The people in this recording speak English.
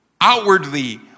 outwardly